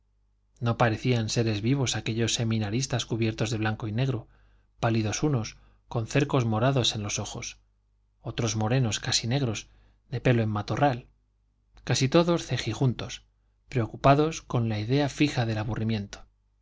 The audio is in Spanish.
no parecían seres vivos aquellos seminaristas cubiertos de blanco y negro pálidos unos con cercos morados en los ojos otros morenos casi negros de pelo en matorral casi todos cejijuntos preocupados con la idea fija del aburrimiento